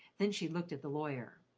then she looked at the lawyer.